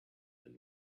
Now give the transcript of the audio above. and